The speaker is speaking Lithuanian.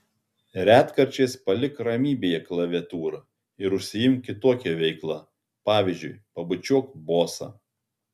retkarčiais palik ramybėje klaviatūrą ir užsiimk kitokia veikla pavyzdžiui pabučiuok bosą